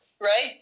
Right